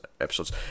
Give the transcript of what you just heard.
episodes